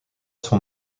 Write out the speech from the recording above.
son